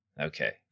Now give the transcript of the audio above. Okay